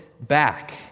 back